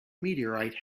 meteorite